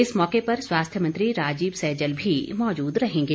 इस मौके पर स्वास्थ्य मंत्री राजीव सैजल भी मौजूद रहेंगे